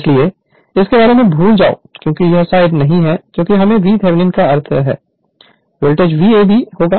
इसलिए इसके बारे में भूल जाओ क्योंकि यह साइड नहीं है क्योंकि हमें VThevenin का अर्थ है वोल्टेज Vab होगा